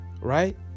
Right